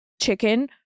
chicken